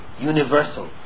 universal